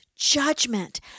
judgment